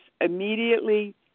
immediately